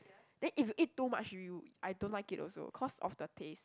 then if you eat too much you I don't like it also cause of the taste